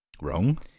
Wrong